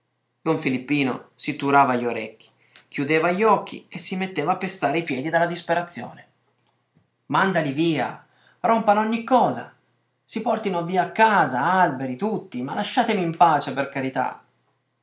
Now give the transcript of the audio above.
don filippino si turava gli orecchi chiudeva gli occhi e si metteva a pestare i piedi dalla disperazione mandali via rompano ogni cosa si portino via casa alberi tutto ma lasciatemi in pace per carità